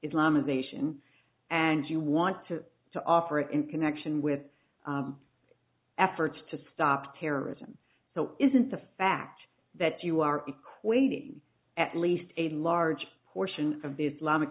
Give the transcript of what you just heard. islamization and you want to to offer in connection with efforts to stop terrorism so isn't the fact that you are equating at least a large portion of the islamic